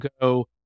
go